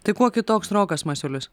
tai kuo kitoks rokas masiulis